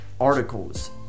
articles